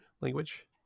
language